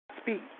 speak